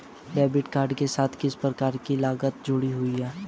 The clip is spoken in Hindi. डेबिट कार्ड के साथ किस प्रकार की लागतें जुड़ी हुई हैं?